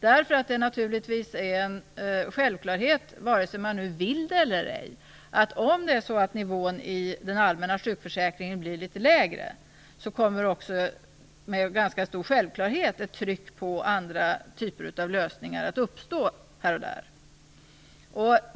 Det är naturligtvis en självklarhet - vare sig man vill eller ej - att om nivån i den allmänna sjukförsäkringen blir litet lägre så kommer ett tryck på andra typer av lösningar att uppstå här och där.